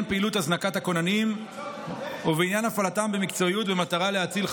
פעילות הזנקת הכוננים ובעניין הפעלתם במקצועיות במטרה להציל חיים.